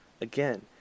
Again